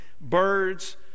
birds